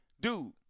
dude